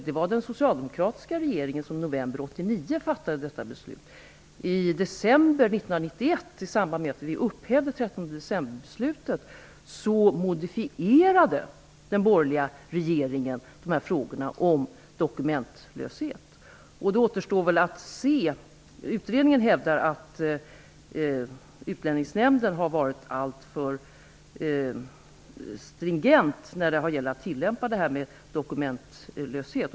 Det var den socialdemokratiska regeringen som fattade detta beslut i november 1989. I december 1991, i samband med att vi upphävde 13 decemberbeslutet, modifierade den borgerliga regeringen bestämmelserna gällande dokumentlöshet. Det återstår att se hur det blir. Utredningen hävdar att Utlänningsnämden har varit alltför stringent när det gäller dokumentlöshet.